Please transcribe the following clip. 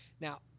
now